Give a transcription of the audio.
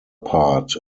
part